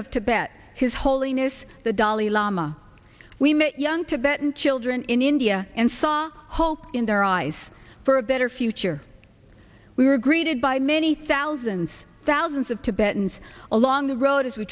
of tibet his holiness the dalai lama we met young tibetan children in india and saw hold in their eyes for a better future we were greeted by many thousands thousands of tibetans along the road as we